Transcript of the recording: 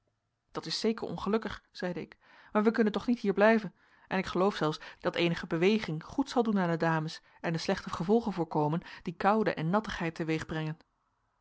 dat is zeker ongelukkig zeide ik maar wij kunnen toch niet hier blijven en ik geloof zelfs dat eenige beweging goed zal doen aan de dames en de slechte gevolgen voorkomen die koude en